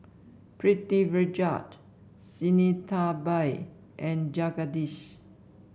Pritiviraj Sinnathamby and Jagadish